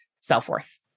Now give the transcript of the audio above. self-worth